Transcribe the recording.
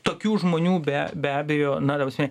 tokių žmonių be be abejo na ta prasme